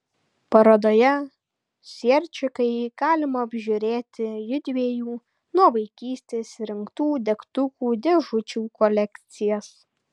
parodoje sierčikai galima apžiūrėti judviejų nuo vaikystės rinktų degtukų dėžučių kolekcijas